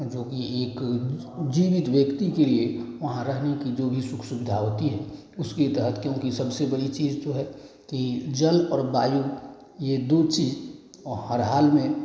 जो कि एक जीवित व्यक्ति के लिए वहाँ रहने की जो भी सुख सुविधा होती है उसकी तहत क्योंकि सबसे बड़ी चीज़ जो है कि जल और वायु ये दो चीज़ हर हाल में